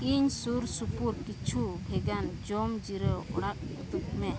ᱤᱧ ᱥᱩᱨᱼᱥᱩᱯᱩᱨ ᱠᱤᱪᱷᱩ ᱵᱷᱮᱜᱟᱨ ᱡᱚᱢ ᱡᱤᱨᱟᱹᱣ ᱚᱲᱟᱜ ᱩᱫᱩᱜᱽᱢᱮ